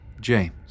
James